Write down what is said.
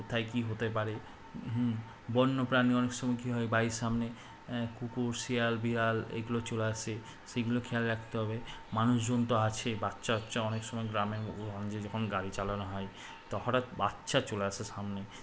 কোথায় কী হতে পারে হুম বন্যপ্রাণী অনেক সময় কী হয় বাড়ির সামনে কুকুর শিয়াল বিড়াল এগুলো চলে আসে সেইগুলো খেয়াল রাখতে হবে মানুষজন তো আছে বাচ্চা বাচ্চা অনেক সময় গ্রামেগঞ্জে যখন গাড়ি চালানো হয় তো হঠাৎ বাচ্চা চলে আসে সামনে